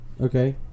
Okay